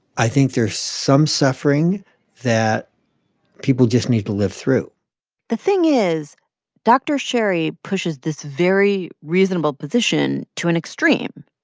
i think there's some suffering that people just need to live through the thing is dr. sherry pushes this very reasonable position to an extreme.